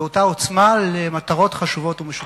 באותה עוצמה למטרות חשובות ומשותפות.